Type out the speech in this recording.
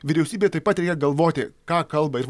vyriausybei taip pat reikia galvoti ką kalba ir va